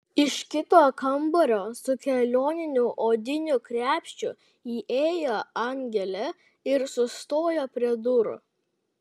iš kito kambario su kelioniniu odiniu krepšiu įėjo angelė ir sustojo prie durų